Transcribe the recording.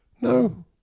No